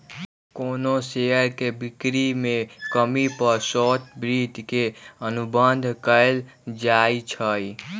कोनो शेयर के बिक्री में कमी पर शॉर्ट वित्त के अनुबंध कएल जाई छई